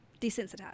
Desensitized